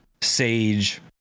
sage